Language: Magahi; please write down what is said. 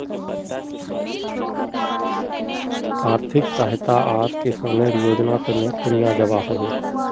आर्थिक सहायता आर किसानेर योजना तने कुनियाँ जबा होबे?